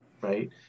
right